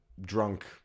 drunk